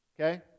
Okay